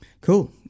Cool